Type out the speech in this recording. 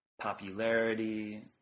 popularity